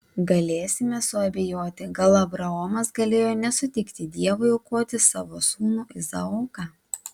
galėsime suabejoti gal abraomas galėjo nesutikti dievui aukoti savo sūnų izaoką